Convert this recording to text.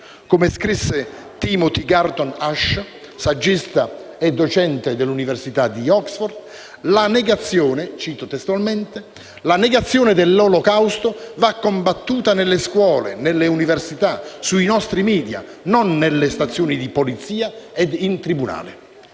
Come scrisse Timothy Garton Ash, saggista e docente dell'università di Oxford: «La negazione dell'Olocausto va combattuta nelle scuole, nelle università, sui nostri *media*, non nelle stazioni di polizia e in tribunale».